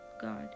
God